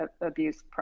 abuse